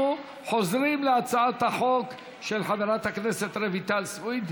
אנחנו חוזרים להצעת החוק של חברת הכנסת רויטל סויד.